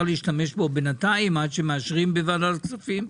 להשתמש בו בינתיים עד שמאשרים בוועדת הכספים?